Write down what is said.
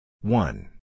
One